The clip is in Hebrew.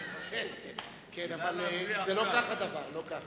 כן, אבל לא כך הדבר.